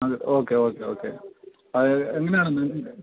അത് okay okay okay അത് എങ്ങനെയാണെന്ന്